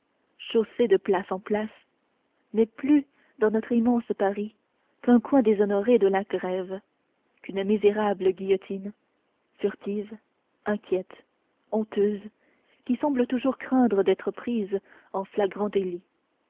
chassée de place en place n'ait plus dans notre immense paris qu'un coin déshonoré de la grève qu'une misérable guillotine furtive inquiète honteuse qui semble toujours craindre d'être prise en flagrant délit